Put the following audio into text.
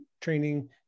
training